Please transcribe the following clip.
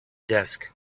desk